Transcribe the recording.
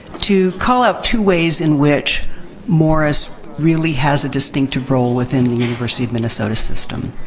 to call out two ways in which morris really has a distinctive role within the university of minnesota system.